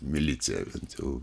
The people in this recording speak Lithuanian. milicija bent jau